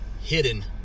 hidden